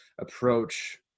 approach